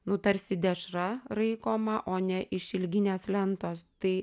nutarsi dešra raikoma o ne išilginės lentos tai